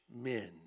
men